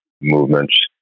movements